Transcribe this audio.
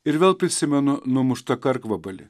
ir vėl prisimenu numuštą karkvabalį